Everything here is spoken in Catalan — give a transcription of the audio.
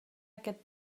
aquest